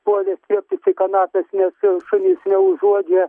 puolė slėptis į kanapes nes šunys neužuodžia